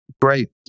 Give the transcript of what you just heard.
Great